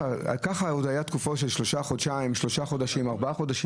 היו תקופות של שלושה חודשים, ארבעה חודשים.